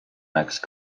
next